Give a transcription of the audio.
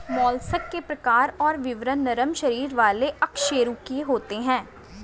mollusc के प्रकार और विवरण नरम शरीर वाले अकशेरूकीय होते हैं